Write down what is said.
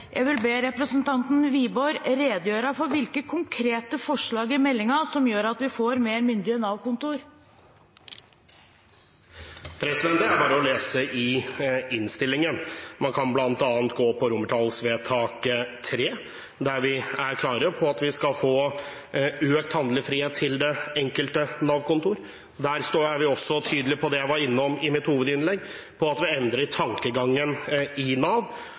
som gjør at vi får mer myndige Nav-kontor. Det er bare å lese i innstillingen. Man kan bl.a. gå til forslag til vedtak III, der vi er klare på at vi skal få økt handlefrihet til det enkelte Nav-kontor. Der er vi også tydelige på det jeg var innom i mitt hovedinnlegg om at vi endrer tankegangen i Nav.